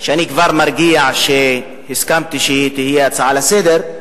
ואני כבר מרגיע שהסכמתי שהיא תהיה הצעה לסדר-היום,